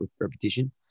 repetition